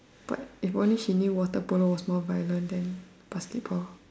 but if only she know water polo was more violent than basketball